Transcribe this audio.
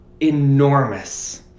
enormous